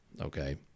okay